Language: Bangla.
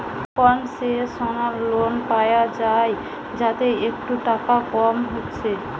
কোনসেশনাল লোন পায়া যায় যাতে একটু টাকা কম হচ্ছে